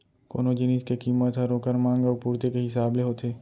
कोनो जिनिस के कीमत हर ओकर मांग अउ पुरती के हिसाब ले होथे